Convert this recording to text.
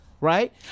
right